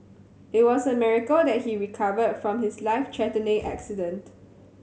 it was a miracle that he recovered from his life threatening accident